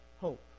hope